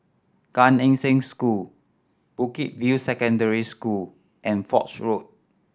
Gan Eng Seng School Bukit View Secondary School and Foch Road